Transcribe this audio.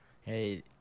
Hey